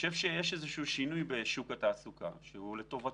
יש שינוי בשוק התעסוקה שהוא לטובתנו.